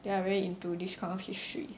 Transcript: they are very into this kind of history